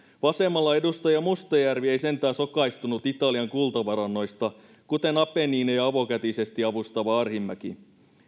vasemmalla edustaja mustajärvi ei sentään sokaistunut italian kultavarannoista kuten apenniineja avokätisesti avustava arhinmäki